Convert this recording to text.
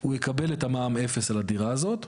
הוא יקבל מע"מ אפס על הדירה הזאת.